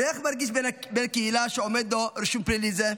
ואיך מרגיש בן הקהילה שעומד לו רישום פלילי כזה?